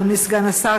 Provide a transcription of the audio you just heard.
אדוני סגן השר,